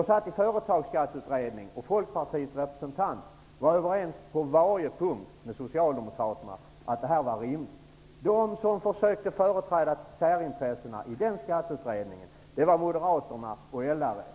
Jag satt med i Företagsskatteutredningen. Folkpartiets representant var på varje punkt överens med socialdemokraterna om att det här var rimligt. De som försökte företräda särintressena i den skatteutredningen var faktiskt Moderaterna och LRF.